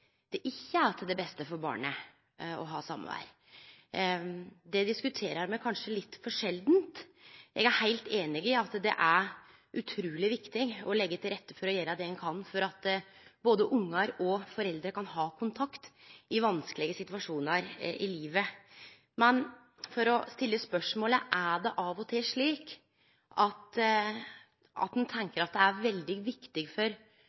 det ikkje er til det beste for barnet å ha samvær. Det diskuterer me kanskje litt for sjeldan. Eg er heilt einig i at det er utruleg viktig å leggje til rette for å gjere det ein kan for at både ungar og foreldre kan ha kontakt i vanskelege situasjonar i livet. Men for å stille spørsmålet: Er det av og til slik at ein tenkjer at det er viktig for